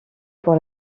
pour